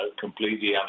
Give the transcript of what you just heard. completely